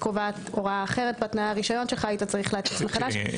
קובעת הוראה אחרת בתנאי הרשיון שלך היית צריך להדפיס מחדש.